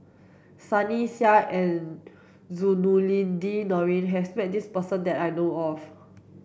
Sunny Sia and Zainudin Nordin has met this person that I know of